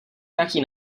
nějaký